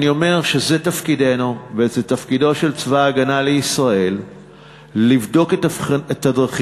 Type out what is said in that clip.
אני אומר שזה תפקידנו וזה תפקידו של צבא הגנה לישראל לבדוק את הדרכים,